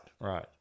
right